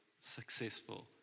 successful